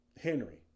Henry